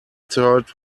third